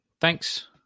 Thanks